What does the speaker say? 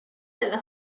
della